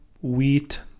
wheat